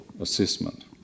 assessment